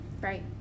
Right